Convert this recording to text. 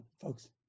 folks